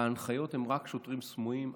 ההנחיות הן רק שוטרים סמויים,